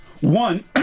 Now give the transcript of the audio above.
One